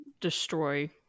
destroy